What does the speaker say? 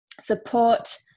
support